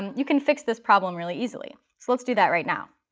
you can fix this problem really easily. so let's do that right now.